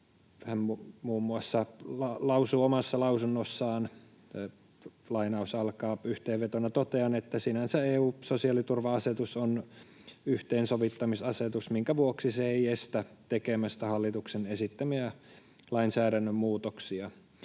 Hän muun muassa lausuu omassa lausunnossaan: ”Yhteenvetona totean, että sinänsä EU-sosiaaliturva-asetus on yhteensovittamisasetus, minkä vuoksi se ei estä tekemästä hallituksen esittämiä lainsäädännön muutoksia.